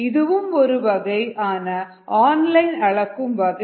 இதுவும் ஒரு வகை ஆன ஆன்லைன் அளக்கும் வகை